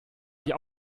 die